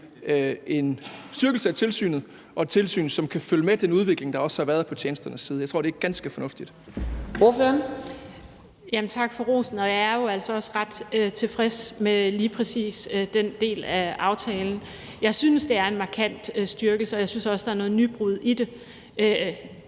en styrkelse af tilsynet og et tilsyn, som kan følge med den udvikling, der også har været for tjenesternes vedkommende. Jeg tror, det er ganske fornuftigt.